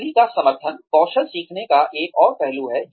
सामग्री का सार्थक कौशल सीखने का एक और पहलू है